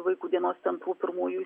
vaikų dienos centrų pirmųjų